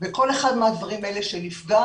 וכל אחד מהדברים האלה שנפגע